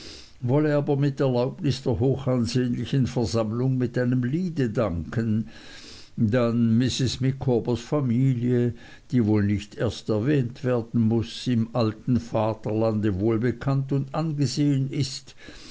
wolle aber mit erlaubnis der hochansehnlichen versammlung mit einem liede danken dann mrs micawbers familie die wie wohl nicht erst erwähnt werden muß im alten vaterlande wohlbekannt und angesehen ist